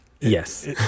Yes